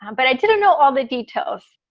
um but i didn't know all the details.